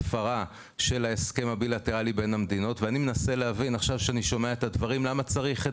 ועכשיו הם מנסים את מזלם שוב והם ינסו אותו